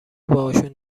باهاشون